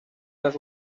les